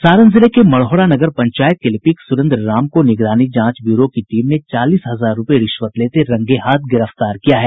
सारण जिले के मढ़ौरा नगर पंचायत के लिपिक सुरेंद्र राम को निगरानी जांच ब्यूरो की टीम ने चालीस हजार रूपये रिश्वत लेते रंगेहाथ गिरफ्तार किया है